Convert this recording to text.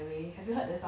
oh !wow!